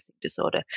disorder